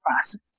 process